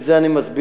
ואת זה אני מסביר,